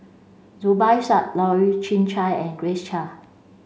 Zubir Said Loy Chye Chuan and Grace Chia